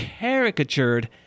caricatured